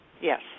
Yes